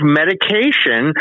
medication